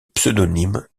pseudonyme